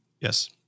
yes